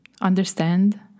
understand